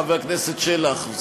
חבר הכנסת שלח.